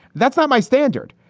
that's not my standard.